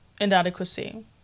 inadequacy